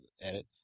edit